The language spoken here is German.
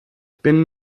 bin